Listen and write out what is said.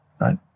right